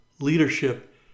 leadership